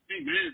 Amen